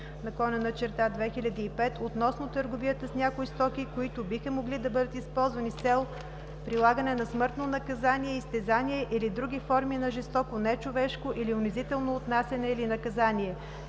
(ЕО) № 1236/2005 относно търговията с някои стоки, които биха могли да бъдат използвани с цел прилагане на смъртно наказание, изтезания или други форми на жестоко, нечовешко или унизително отнасяне или наказание,